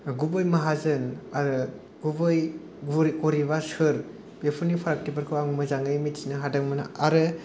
गुबै माहाजोन आरो गुबै गरिबा सोर बेफोरनि फारागथिफोरखौ आं मोजाङै मिथिनो हादोंमोन आरो